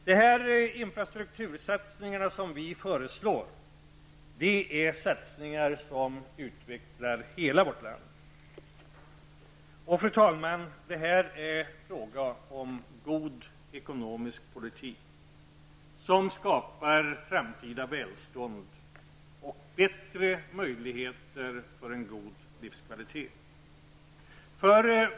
De infrastruktursatsningar som vi föreslår är satsningar som utvecklar hela vårt land. Det är, fru talman, fråga om god ekonomisk politik som skapar framtida välstånd och bättre möjligheter för en god livskvalitet.